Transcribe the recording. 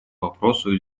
вопросу